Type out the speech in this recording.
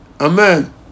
Amen